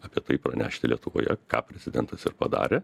apie tai pranešti lietuvoje ką prezidentas ir padarė